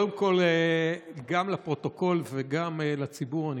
קודם כול גם לפרוטוקול וגם לציבור אני